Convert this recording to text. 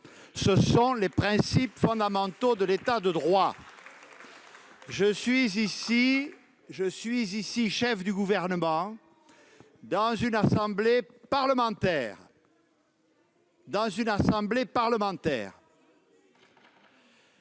ce sont les principes fondamentaux de l'État de droit. Je suis ici en tant que chef du Gouvernement dans une assemblée parlementaire.